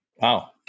Wow